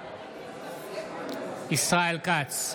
בעד ישראל כץ,